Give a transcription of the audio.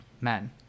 men